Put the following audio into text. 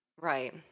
Right